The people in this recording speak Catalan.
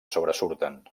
sobresurten